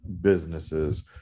businesses